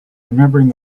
remembering